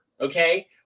okay